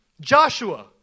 Joshua